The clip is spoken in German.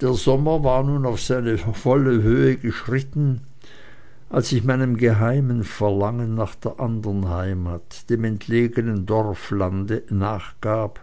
der sommer war nun auf seine volle höhe geschritten als ich meinem geheimen verlangen nach der anderen heimat dem entlegenen dorflande nachgab